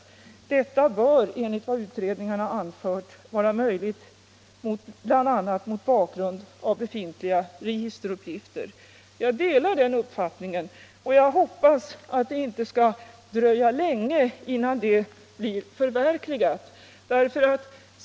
Detta bör — enligt vad utredningarna anfört — vara möjligt bl.a. mot bakgrund av befintliga registeruppgifter.” Jag delar den uppfattningen, och jag hoppas att det inte skall dröja länge innan en annan ordning i det här avseendet kan förverkligas.